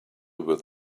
with